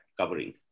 covering